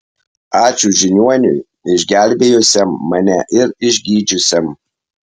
ačiū žiniuoniui išgelbėjusiam mane ir išgydžiusiam